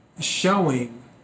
showing